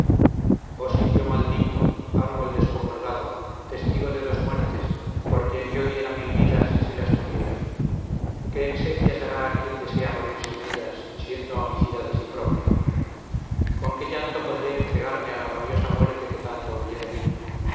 oh sitio maldito árbol descomulgado testigo de dos muertes por quien yo diera mil vidas si las tuviera qué exequias hará quien desea morir sin ellas siendo homicida de sí propia con qué llanto podré entregarme a la rabiosa muerte que tanto huye de mi